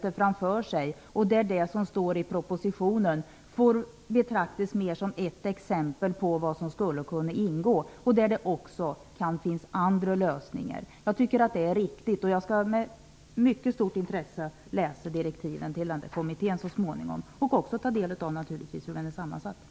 I så fall innebär det att det som står i propositionen mer får betraktas som ett exempel på vad som skulle kunna ingå men att det också kan finnas andra lösningar. Jag tycker att detta är riktigt, och jag skall med mycket stort intresse så småningom läsa direktiven till kommittén och också naturligtvis ta del av hur den är sammansatt.